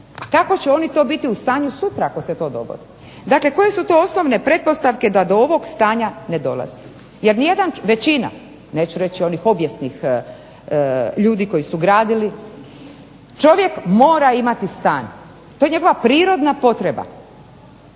kako će oni to biti u stanju sutra ako se to dogodi? Dakle, koje su to osnovne pretpostavke da do ovog stanja ne dolazi? Jer nijedan, većina, neću reći onih obijesnih ljudi koji su gradili, čovjek mora imati stan, to je njegova prirodna potreba.